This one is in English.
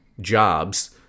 jobs